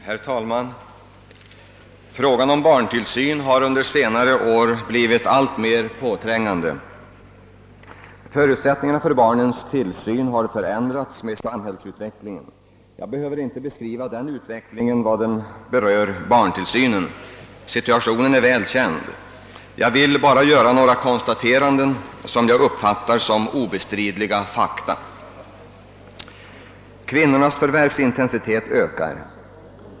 Herr talman! Frågan om barntillsyn har under senare år blivit alltmer påträngande. Förutsättningarna för barnens tillsyn har förändrats med samhällsutvecklingen. Jag behöver inte beskriva utvecklingen i vad den berör barntillsynen. Situationen är väl känd. Jag vill bara göra några konstateranden, som jag uppfattar som obestridliga fakta. Kvinnornas förvärvsintensitet ökar.